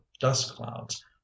dust-clouds